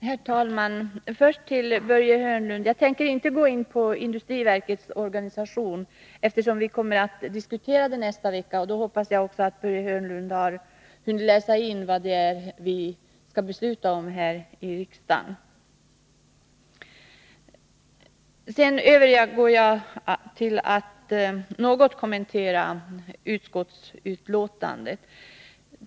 Herr talman! Först till Börje Hörnlund: Jag tänker inte gå in på industriverkets organisation, eftersom vi kommer att diskutera den nästa vecka. Jag hoppas att Börje Hörnlund då har hunnit läsa in vad det är vi skall besluta om här i riksdagen. Sedan övergår jag till att något kommentera utskottsbetänkandet.